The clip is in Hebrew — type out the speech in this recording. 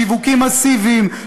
שיווקים מסיביים,